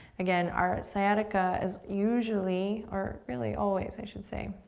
again, our sciatica is usually or really always i should say,